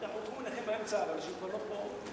אבל אנשים כבר לא פה.